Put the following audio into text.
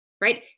right